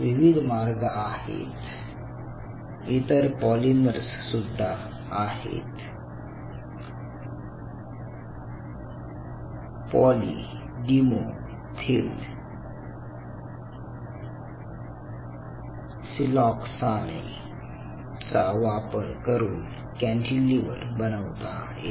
विविध मार्ग आहेत इतर पॉलीमर्स सुद्धा आहेत पॉलीडिमेथिलसिलॉक्साने चा वापर करून कॅन्टीलिव्हर बनवता येते